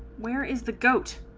where is the doubts